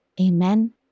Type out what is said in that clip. Amen